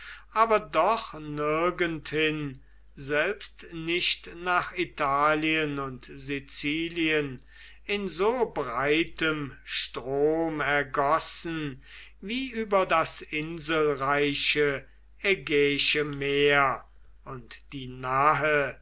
aber doch nirgend hin selbst nicht nach italien und sizilien in so breitem strom ergossen wie über das inselreiche ägäische meer und die nahe